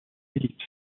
ellipse